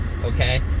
okay